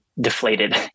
deflated